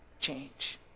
change